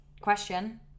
Question